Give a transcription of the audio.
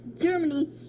Germany